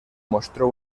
mostró